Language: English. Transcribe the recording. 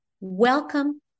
Welcome